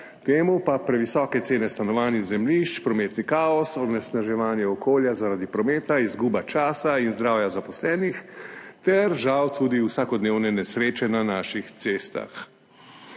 temu pa previsoke cene stanovanj in zemljišč, prometni kaos, onesnaževanje okolja zaradi prometa, izguba časa in zdravja zaposlenih ter žal tudi vsakodnevne nesreče na naših cestah.